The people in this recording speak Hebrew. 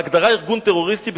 בהגדרה "ארגון טרוריסטי",